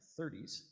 30s